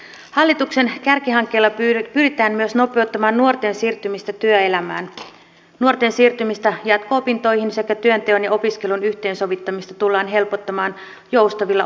hallituksen kärkihankkeilla pyritään myös nopeuttamaan nuorten siirtymistä työelämään nuorten siirtymistä jatko opintoihin sekä työnteon ja opiskelun yhteensovittamista tullaan helpottamaan joustavilla opintopoluilla